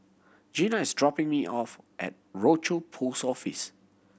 Gena is dropping me off at Rochor Post Office